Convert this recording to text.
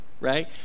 right